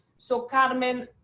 so carmen,